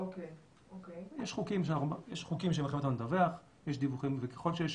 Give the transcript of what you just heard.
יש חוקים שמחייבים אותנו לדווח, וככל שיש